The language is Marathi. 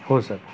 हो सर